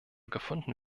gefunden